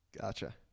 Gotcha